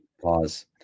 pause